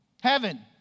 heaven